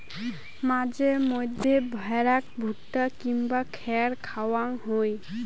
মাঝে মইধ্যে ভ্যাড়াক ভুট্টা কিংবা খ্যার খাওয়াং হই